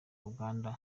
uganda